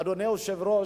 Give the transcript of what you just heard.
אדוני היושב-ראש,